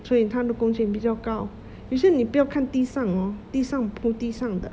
所以他的工钱比较高有些你不要看地上 hor 地上铺地上的